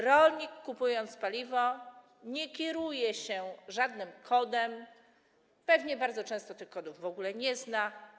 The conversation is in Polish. Rolnik, kupując paliwo, nie kieruje się żadnym kodem, pewnie bardzo często tych kodów w ogóle nie zna.